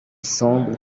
semble